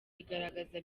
igaragaza